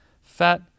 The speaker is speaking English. fat